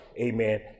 amen